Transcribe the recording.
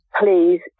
Please